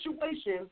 situation